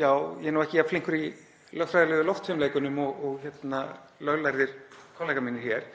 Ég er ekki jafn flinkur í lögfræðilegum loftfimleikum eins og löglærðir kollegar mínir hér